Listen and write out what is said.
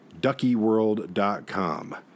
Duckyworld.com